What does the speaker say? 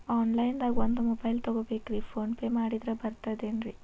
Online ದಾಗ ಒಂದ್ mobile ತಗೋಬೇಕ್ರಿ ಫೋನ್ ಪೇ ಮಾಡಿದ್ರ ಬರ್ತಾದೇನ್ರಿ?